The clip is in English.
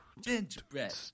gingerbread